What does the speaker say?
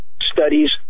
studies